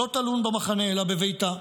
לא תלון במחנה אלא בביתה".